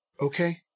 Okay